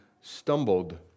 stumbled